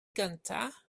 gyntaf